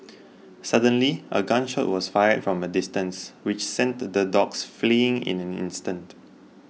suddenly a gun shot was fired from a distance which sent the dogs fleeing in an instant